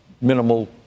minimal